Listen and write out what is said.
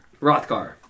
Rothgar